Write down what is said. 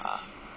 ah